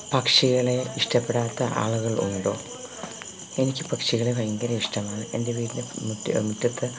പക്ഷികളെ ഇഷ്ടപ്പെടാത്ത ആളുകള് ഉണ്ടോ എനിക്ക് പക്ഷികളെ ഭയങ്കര ഇഷ്ടമാണ് എന്റെ വീട്ടില് മുറ്റ മുറ്റത്ത്